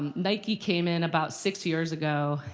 nike came in about six years ago,